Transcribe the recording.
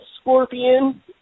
Scorpion